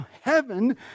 heaven